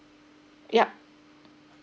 yup